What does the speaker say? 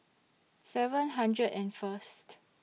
seven hundred and First